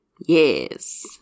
yes